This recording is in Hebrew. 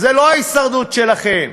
זו לא ההישרדות שלכם.